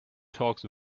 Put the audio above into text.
talks